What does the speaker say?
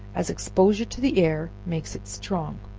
as exposure to the air makes it strong.